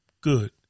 good